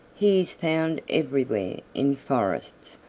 he is found everywhere, in forests,